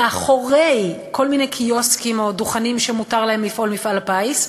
מאחורי כל מיני קיוסקים או דוכנים שמותר להם לפעול ממפעל הפיס.